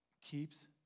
keeps